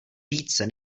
více